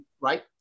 Right